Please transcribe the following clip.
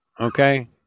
Okay